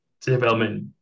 development